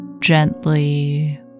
gently